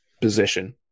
position